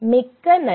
மிக்க நன்றி